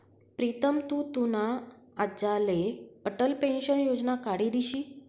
प्रीतम तु तुना आज्लाले अटल पेंशन योजना काढी दिशी